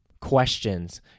questions